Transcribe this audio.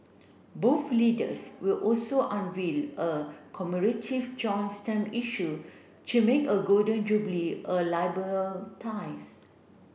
both leaders will also unveil a joint stamp issue to make a Golden Jubilee a ties